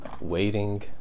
waiting